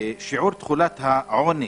שיעור תחולת העוני